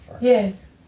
yes